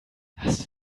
hast